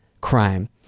crime